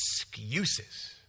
excuses